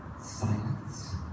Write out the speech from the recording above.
silence